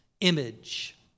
image